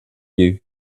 you